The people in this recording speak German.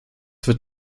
wird